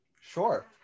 Sure